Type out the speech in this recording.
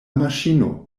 maŝino